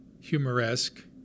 Humoresque